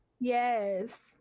Yes